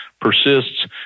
persists